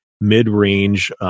mid-range